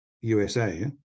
USA